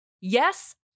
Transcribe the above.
Yes